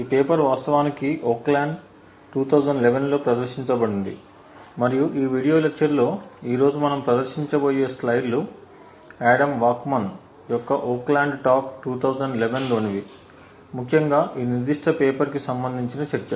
ఈ పేపర్ వాస్తవానికి ఓక్లాండ్ 2011 లో ప్రదర్శించబడింది మరియు ఈ వీడియో లెక్చర్ లో ఈ రోజు మనం ప్రదర్శించబోయే స్లైడ్లు ఆడమ్ వాక్స్మన్ యొక్క ఓక్లాండ్ టాక్ 2011 లోనివి ముఖ్యంగా ఈ నిర్దిష్ట పేపర్ కి సంబంధించిన చర్చ